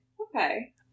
okay